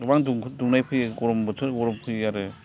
गोबां दुंनाय फैयो गरम बोथोर गरम फैयो आरो